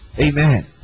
amen